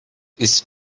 ist